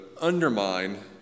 undermine